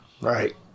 right